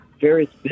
various